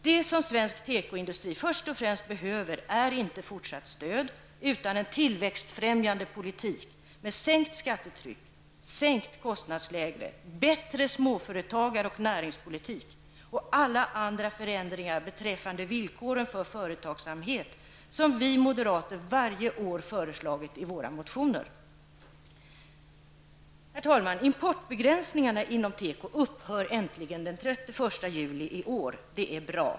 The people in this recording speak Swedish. Det som svensk tekoindustri först och främst behöver är inte fortsatt stöd utan en tillväxtfrämjande politik med sänkt skattetryck, sänkt kostnadsläge, bättre småföretagar och näringspolitik och alla andra förändringar beträffande villkoren för företagssamhet som vi moderater varje år föreslagit i våra motioner. Herr talman! Importbegränsningarna inom teko upphör äntligen den 31 juli i år. Det är bra.